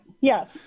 yes